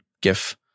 GIF